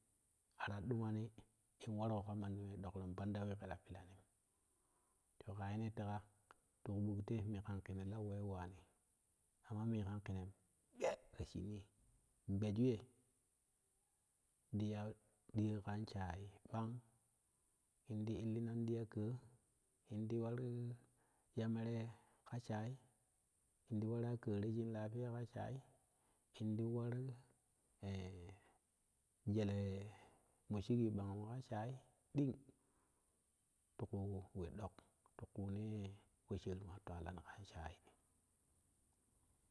Araa dumani in wargo ka manni ween dokrou banda wee keta pitanim to kaye ne tega ti kubuk te me kan kene laweu waani kama mee kan kenem gbe ta shinii gbe ju ye ti ya ɗiyo kan shai kpang in di illina in dii ya ƙaa in war ya meere ka shai in di wara ka reshin lafiya kashai indi war ee jele moo shigi bangum ka shai ding ti kuu we ɗok ti kuune posheerima ɗok ti kuunee posheeri ma twalani kan shai.